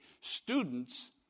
Students